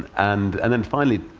and and then finally,